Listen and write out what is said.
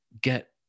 get